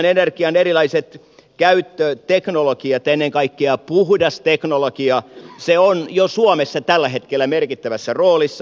uusiutuvan energian erilaiset käyttöteknologiat ennen kaikkea puhdas teknologia on jo suomessa tällä hetkellä merkittävässä roolissa